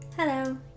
Hello